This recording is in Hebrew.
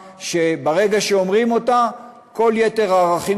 ברגע שאנחנו אומרים אותה כל יתר הערכים